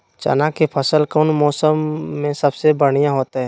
चना के फसल कौन मौसम में सबसे बढ़िया होतय?